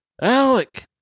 Alec